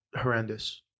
horrendous